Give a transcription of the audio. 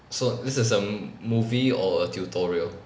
so this is a movie or a tutorial